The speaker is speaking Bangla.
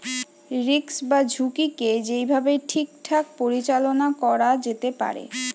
রিস্ক বা ঝুঁকিকে যেই ভাবে ঠিকঠাক পরিচালনা করা যেতে পারে